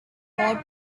more